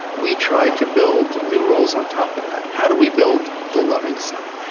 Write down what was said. we tried to build new roles on top of that. how do we build the loving son?